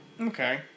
Okay